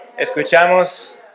Escuchamos